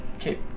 Okay